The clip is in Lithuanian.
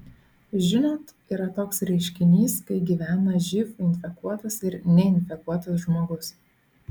žinot yra toks reiškinys kai gyvena živ infekuotas ir neinfekuotas žmogus